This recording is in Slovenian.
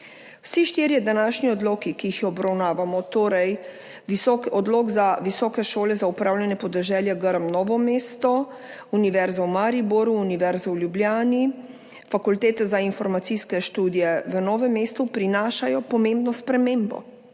Vsi štirje današnji odloki, ki jih obravnavamo, torej odlok za Visoko šolo za upravljanje podeželja Grm Novo mesto, Univerzo v Mariboru, Univerzo v Ljubljani, Fakulteto za informacijske študije v Novem mestu, prinašajo pomembno spremembo,